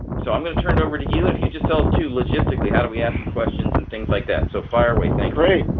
so i'm going to turn it over to you, and he just tells to logistically how do we have any questions and things like that so fire way thank right?